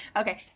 Okay